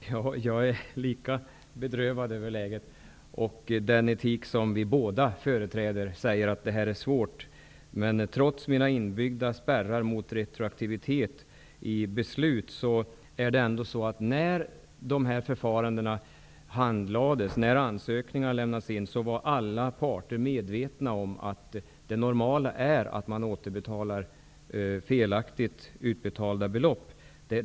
Fru talman! Jag är lika bedrövad över läget, och den etik som vi båda företräder säger att det här är svårt. Trots mina inbyggda spärrar mot att beslut skall gälla retroaktivt, var det ändå så, när dessa ansökningar handlades, att alla parter var medvetna om att det normala är att felaktigt utbetalda belopp återbetalas.